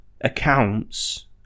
accounts